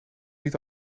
niet